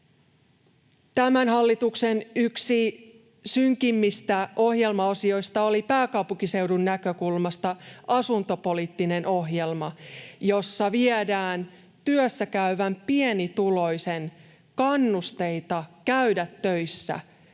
Tämän hallituksen yksi synkimmistä ohjelmaosioista oli pääkaupunkiseudun näkökulmasta asuntopoliittinen ohjelma, jossa viedään pois työssäkäyvän pienituloisen kannusteita käydä töissä,